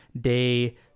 day